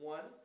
One